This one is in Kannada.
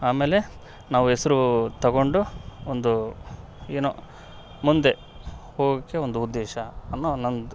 ಆಮೇಲೆ ನಾವು ಹೆಸರು ತಗೊಂಡು ಒಂದು ಏನೋ ಮುಂದೆ ಹೋಗೋಕೆ ಒಂದು ಉದ್ದೇಶ ಅನ್ನೋ ನಂದು